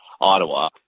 Ottawa